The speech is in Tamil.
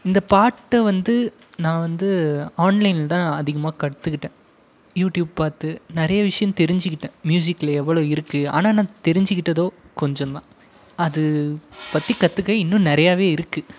இந்த பாட்டு வந்து நான் வந்து ஆன்லைனில் தான் அதிகமாக கற்றுகிட்டேன் யூடியூப் பார்த்து நிறைய விஷயம் தெரிஞ்சுகிட்டேன் மியூசிக்கில் எவ்வளோ இருக்கு ஆனால் நான் தெரிஞ்சுகிட்டதோ கொஞ்சம்தான் அது பற்றி கற்றுக்க இன்னும் நிறையாவே இருக்கு